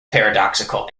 paradoxical